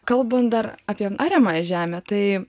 kalbant dar apie ariamąją žemę tai